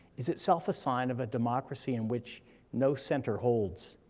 is itself a sign of a democracy in which no center holds.